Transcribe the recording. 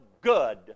good